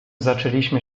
zaczęliśmy